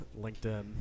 LinkedIn